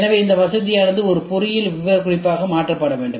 எனவே இந்த வசதியானது ஒரு பொறியியல் விவரக்குறிப்பாக மாற்றப்பட வேண்டும்